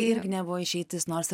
irgi nebuvo išeitis nors